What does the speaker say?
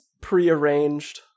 prearranged